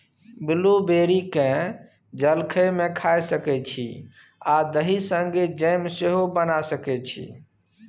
blueberry केँ जलखै मे खाए सकै छी आ दही संगै जैम सेहो बना सकै छी